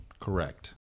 Correct